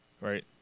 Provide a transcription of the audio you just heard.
right